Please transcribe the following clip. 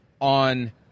on